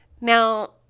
now